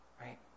Right